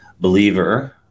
believer